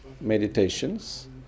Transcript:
Meditations